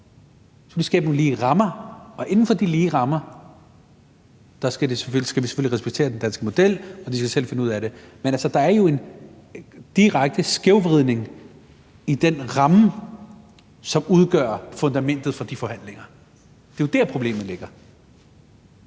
jo skabe nogle lige rammer, og inden for de lige rammer skal vi selvfølgelig respektere den danske model, og de skal selv finde ud af det. Men der er jo en direkte skævvridning i den ramme, som udgør fundamentet for de forhandlinger; det er jo der, problemet ligger.